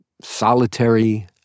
solitary